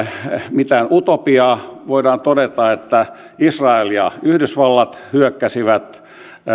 mitään utopiaa voidaan todeta että israel ja yhdysvallat hyökkäsivät